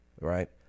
Right